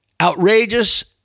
outrageous